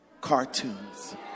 cartoons